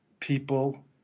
people